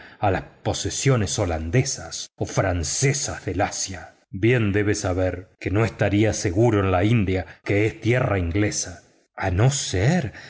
a las posesiones holandesas o francesas de asia bien debe saber que no estaría seguro en la india que es tierra inglesa a no ser